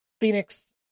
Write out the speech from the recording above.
Phoenix